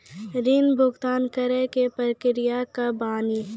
ऋण भुगतान करे के प्रक्रिया का बानी?